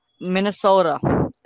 Minnesota